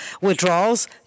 withdrawals